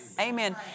Amen